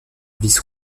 vice